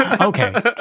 Okay